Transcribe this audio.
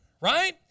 right